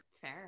Fair